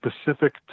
specific